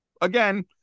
again